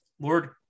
Lord